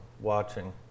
watching